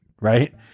right